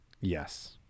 Yes